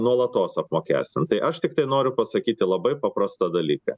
nuolatos apmokestint tai aš tiktai noriu pasakyti labai paprastą dalyką